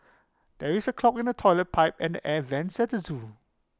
there is A clog in the Toilet Pipe and air Vents at the Zoo